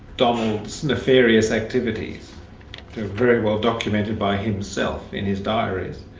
donald's nefarious activities were very well documented by himself in his diaries,